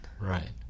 Right